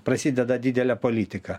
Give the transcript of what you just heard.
prasideda didelė politika